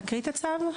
להקריא את הצו?